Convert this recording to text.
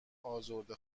ازرده